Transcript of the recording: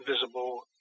visible